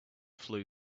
flew